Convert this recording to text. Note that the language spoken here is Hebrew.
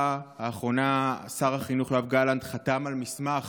האחרונה שר החינוך יואב גלנט חתם על מסמך